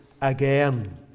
again